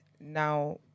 now